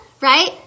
right